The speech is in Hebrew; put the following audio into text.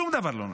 שום דבר לא נעשה.